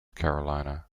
carolina